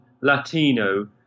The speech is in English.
Latino